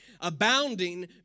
abounding